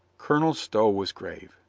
colonel stow was grave.